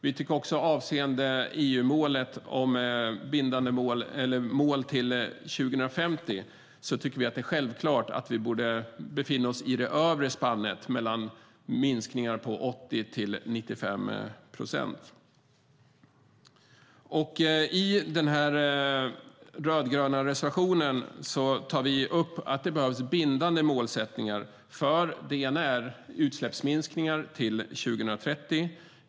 Vi tycker också avseende bindande mål till 2050 att vi borde befinna oss i det övre spannet när det gäller minskningar på mellan 80 och 95 procent. I den rödgröna reservationen tar vi upp att det behövs bindande mål för utsläppsminskningar till 2030.